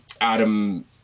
Adam